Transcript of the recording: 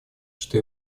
что